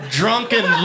drunken